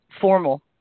formal